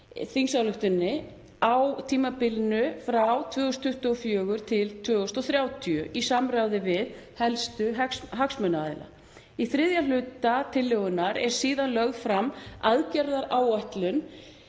þingsályktunartillögunni á tímabilinu frá 2024 til 2030 í samráði við helstu hagsmunaaðila. Í þriðja hluta tillögunnar er síðan lögð fram aðgerðaáætlun